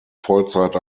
vollzeit